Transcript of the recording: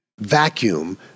vacuum